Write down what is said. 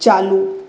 चालू